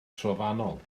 trofannol